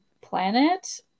planet